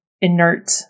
inert